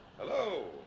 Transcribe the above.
Hello